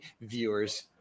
viewers